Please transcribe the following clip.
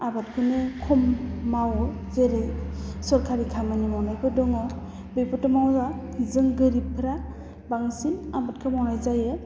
आबादखौनो खम मावो जेरै सोरखारि खामानि मावनायफोर दङ बेफोरथ' मावा जों गोरिबफ्रा बांसिन आबादखो मावनाय जायो